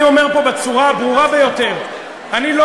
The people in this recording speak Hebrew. אני אומר פה בצורה הברורה ביותר: אני לא